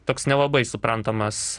toks nelabai suprantamas